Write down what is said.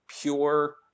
pure